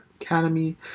Academy